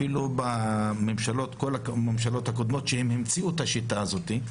אפילו לא בממשלות שהמציאו את השיטה הזאת.